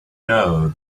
know